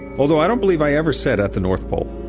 although i don't believe i ever set up the north pole